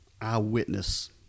eyewitness